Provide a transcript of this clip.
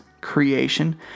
creation